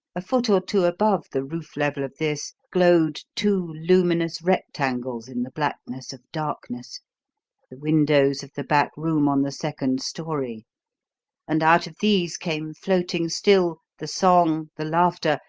a foot or two above the roof-level of this glowed two luminous rectangles in the blackness of darkness the windows of the back room on the second storey and out of these came floating still the song, the laughter,